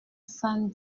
cent